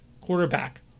quarterback